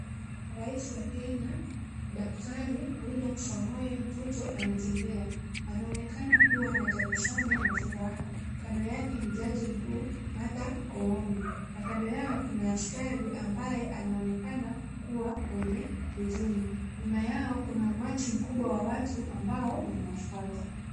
Rahisi wa Kenya Daktari Wiliam Samoe Ruto anatembea. Anaonekana kuwa na tabasamu na furaha. Kando yake ni jaji mkuu Martha Koome na kando yao kuna askari ambaye anaonekana kuwa mwenye huzuni. Nyuma yao kuna umati mkubwa wa watu ambao unawafuata.